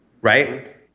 right